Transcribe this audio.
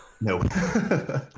No